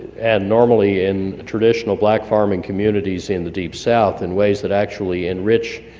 and normally in traditional black farming communities in the deep south in ways that actually enrich,